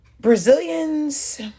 Brazilians